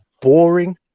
boring